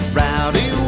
rowdy